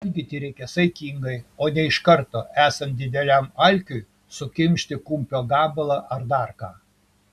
valgyti reikia saikingai o ne iš karto esant dideliam alkiui sukimšti kumpio gabalą ar dar ką